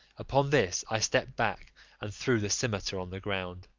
upon this i stepped back, and threw the cimeter on the ground.